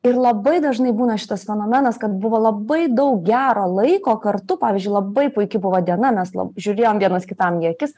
ir labai dažnai būna šitas fenomenas kad buvo labai daug gero laiko kartu pavyzdžiui labai puiki buvo diena mes žiūrėjome vienas kitam į akis